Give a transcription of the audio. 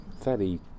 fairly